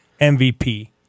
MVP